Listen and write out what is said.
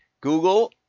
Google